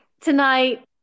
tonight